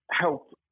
help